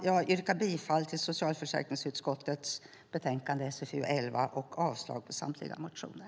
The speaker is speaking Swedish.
Jag yrkar bifall till socialförsäkringsutskottets förslag i betänkande SfU11 och avslag på samtliga motioner.